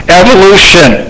evolution